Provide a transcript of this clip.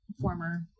former